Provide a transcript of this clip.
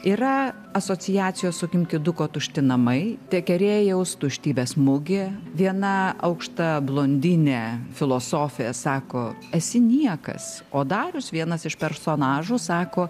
yra asociacijos su kimkiduko tušti namai tekerėjaus tuštybės mugė viena aukšta blondinė filosofė sako esi niekas o darius vienas iš personažų sako